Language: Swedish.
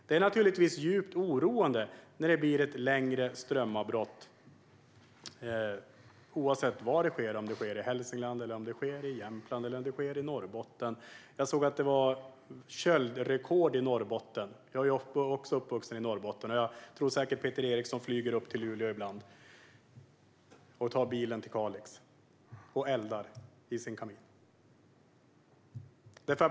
Det är naturligtvis djupt oroande när det blir ett längre strömavbrott, oavsett var det sker - i Hälsingland, Jämtland eller Norrbotten. Jag såg att det var köldrekord i Norrbotten, där jag också är uppvuxen. Jag tror säkert att Peter Eriksson flyger upp till Luleå ibland, tar bilen till Kalix och eldar i sin kamin.